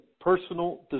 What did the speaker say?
personal